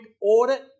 audit